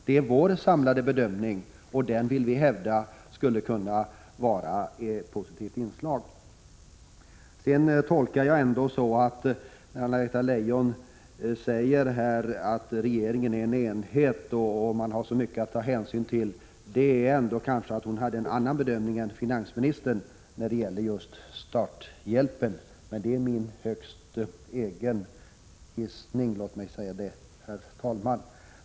Det är vår samlade bedömning, och den vill vi hävda skulle kunna vara ett positivt inslag. Anna-Greta Leijon säger att regeringen är en enhet och att man har så mycket att ta hänsyn till. Det tolkar jag ändå som att hon kanske hade en annan bedömning än finansministern när det gäller just starthjälpen. Men det är min högst egna gissning. Låt mig säga det, herr talman.